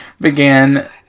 Began